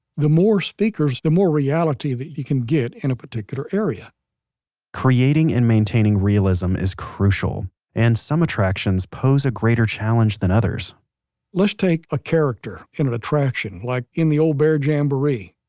the more speakers, the more reality, that you can get in a particular area creating and maintaining realism is crucial, and some attractions pose a greater challenge than others let's take a character in an attraction, like in the old bear jamboree.